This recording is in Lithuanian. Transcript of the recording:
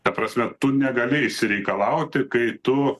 ta prasme tu negali išsireikalauti kai tu